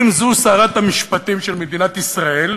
אם זו שרת המשפטים של מדינת ישראל,